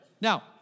Now